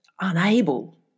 unable